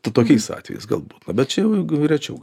tokiais atvejais galbūt na bet čia jau rečiau